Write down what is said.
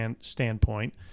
standpoint